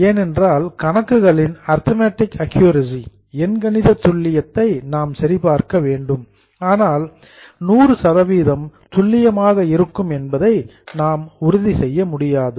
ஏனென்றால் கணக்குகளின் arithmetic accuracy எண்கணித துல்லியத்தை நாம் சரி பார்க்க வேண்டும் ஆனால் 100 துல்லியமாக இருக்கும் என்பதை நாம் உறுதி செய்ய முடியாது